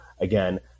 again